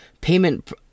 payment